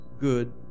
good